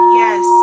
yes